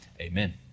amen